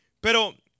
Pero